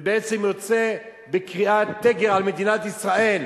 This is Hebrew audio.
ובעצם יוצא בקריאת תיגר על מדינת ישראל.